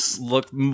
look